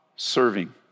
Serving